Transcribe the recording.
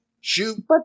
shoot